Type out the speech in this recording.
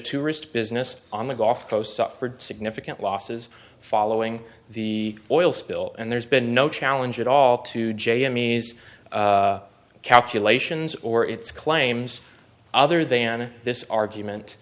tourist business on the gulf coast suffered significant losses following the oil spill and there's been no challenge at all to jamie's calculations or its claims other than this argument